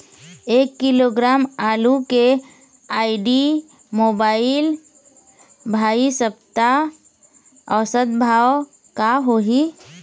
एक किलोग्राम आलू के आईडी, मोबाइल, भाई सप्ता औसत भाव का होही?